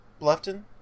Bluffton